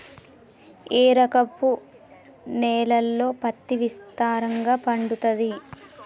ఏ రకపు నేలల్లో పత్తి విస్తారంగా పండుతది?